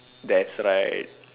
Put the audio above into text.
that's right